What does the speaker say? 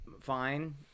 fine